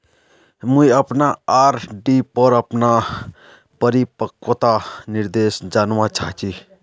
मुई अपना आर.डी पोर अपना परिपक्वता निर्देश जानवा चहची